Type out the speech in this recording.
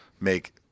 make